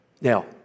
Now